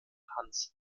hans